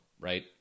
right